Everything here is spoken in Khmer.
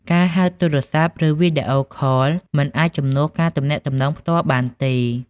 ការហៅទូរស័ព្ទ ឬវីដេអូខល មិនអាចជំនួសការទំនាក់ទំនងផ្ទាល់បានទេ។